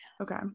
Okay